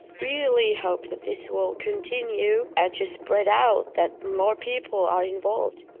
really hope that this will continue and just spread out, that more people are involved